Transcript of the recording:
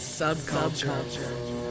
subculture